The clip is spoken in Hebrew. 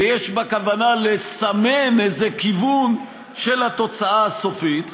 ויש בה כוונה לסמן איזה כיוון של התוצאה הסופית,